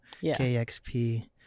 KXP